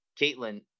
caitlin